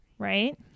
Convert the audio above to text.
Right